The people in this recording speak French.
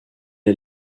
est